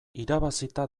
irabazita